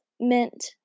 mint